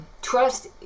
Trust